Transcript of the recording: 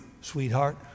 sweetheart